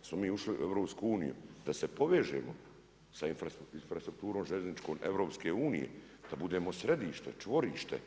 Da smo mi ušli u EU, da se povežemo sa infrastrukturom željezničkom EU-a, da budemo središte, čvorište,